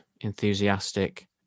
enthusiastic